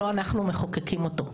לא אנחנו מחוקקים אותו,